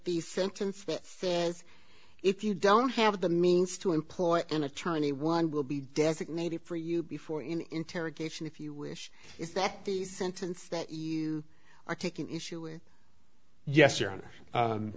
the sentence that says if you don't have the means to employ an attorney one will be designated for you before in interrogation if you wish is that the sentence that you are taking issue is yes